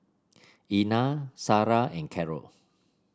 Ina Sara and Carol